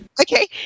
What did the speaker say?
Okay